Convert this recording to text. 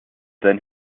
then